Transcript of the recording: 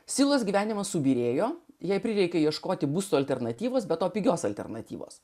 silos gyvenimas subyrėjo jai prireikė ieškoti būstų alternatyvos be to pigios alternatyvos